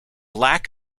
lack